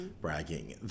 bragging